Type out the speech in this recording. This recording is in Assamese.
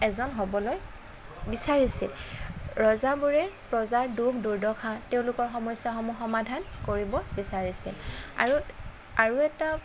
এজন হ'বলৈ বিচাৰিছিল ৰজাবোৰে প্ৰজাৰ দুখ দুৰ্দশা তেওঁলোকৰ সমস্যাসমূহ সমাধান কৰিব বিচাৰিছিল আৰু আৰু এটা